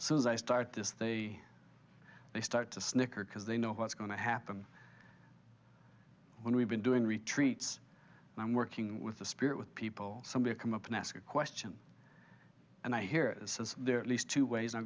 vote so as i start this they they start to snicker because they know what's going to happen when we've been doing retreats and i'm working with the spirit with people somebody come up and ask a question and i hear it says there are at least two ways